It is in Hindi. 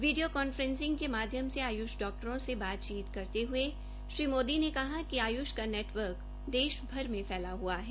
विडियो कांफ्रेंस के माध्यम से आयुष डॉक्टरों से बातचीत करते हए श्री मोदी ने कहा कि आयुष का नेटवर्क देशभर में फैला हओ है